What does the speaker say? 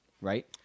right